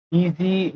easy